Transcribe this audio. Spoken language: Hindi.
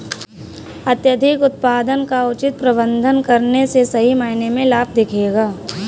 अत्यधिक उत्पादन का उचित प्रबंधन करने से सही मायने में लाभ दिखेगा